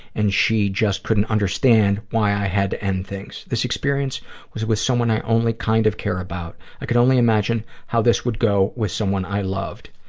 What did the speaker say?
and she just couldn't understand why i had to end things. this experience was with someone i only kind of care about. i could only imagine how this would go with someone i loved.